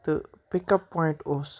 تہٕ pick up point اوس